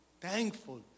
thankful